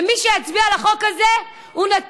מי שיצביע לחוק הזה נותן,